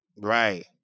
right